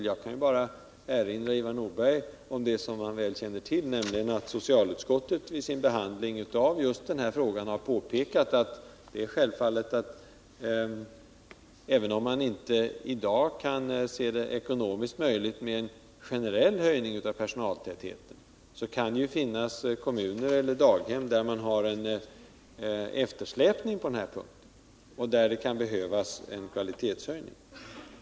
Jag kan bara erinra Ivar Nordberg om vad han redan känner till, nämligen att socialutskottet vid sin behandling av just den här frågan har påpekat att det, även om det i dag inte är ekonomiskt möjligt med en generell höjning av personaltätheten, kan finnas kommuner eller daghem som släpar efter och där det kan behövas en kvalitetshöjning.